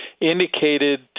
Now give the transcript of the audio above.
indicated